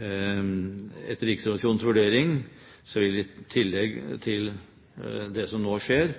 Etter Riksrevisjonens vurdering vil det i tillegg til det som nå skjer,